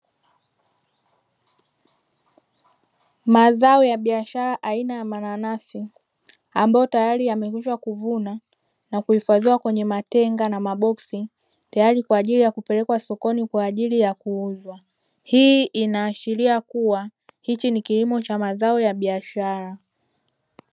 Mazao ya biashara aina ya nanasi ambayo tayari yamekwisha kuvunwa na kuhifadhiwa kwenye matenga na maboksi tayari kwa ajili ya kupelekwa sokoni na kuenda kuuzwa, hii inaashiria kuwa hichi ni kilimo cha mazao ya biashara.